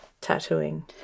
tattooing